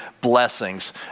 blessings